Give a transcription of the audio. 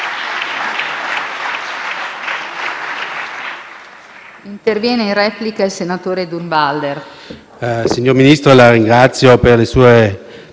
Grazie,